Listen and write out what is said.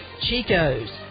Chico's